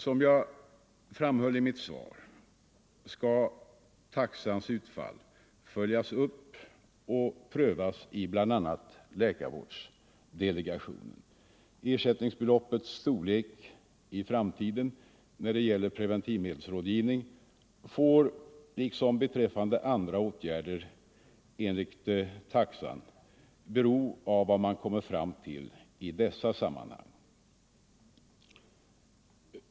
Som jag framhöll i mitt svar skall taxans utfall följas upp och prövas i bl.a. läkarvårdsdelegationen. Ersättningsbeloppets storlek i framtiden när det gäller preventivmedelsrådgivning får, liksom andra åtgärder enligt taxan, bero av vad man kommer fram till i dessa sammanhang.